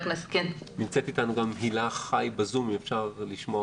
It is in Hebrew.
נמצאת בזום איתנו גם הילה חי, אם אפשר לשמוע אותה.